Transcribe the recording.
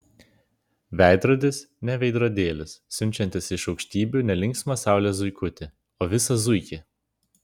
veidrodis ne veidrodėlis siunčiantis iš aukštybių ne linksmą saulės zuikutį o visą zuikį